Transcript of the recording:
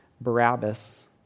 Barabbas